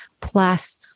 plus